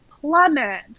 plummet